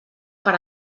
per